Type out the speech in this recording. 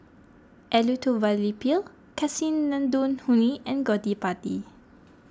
Elattuvalapil Kasinadhuni and Gottipati